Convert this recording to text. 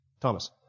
Thomas